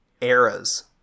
eras